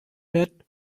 that